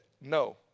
No